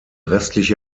restliche